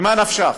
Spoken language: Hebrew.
ממה נפשך?